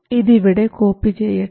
ഇത് ഇവിടെ കോപ്പി ചെയ്യട്ടെ